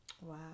Wow